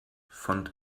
von